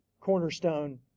Cornerstone